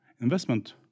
investment